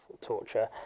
torture